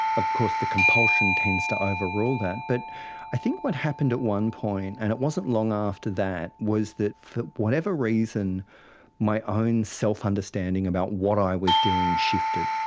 of course the compulsion tends to overrule that. but i think what happened at one point, and it wasn't long after that, was that for whatever reason my own self-understanding about what i was doing shifted.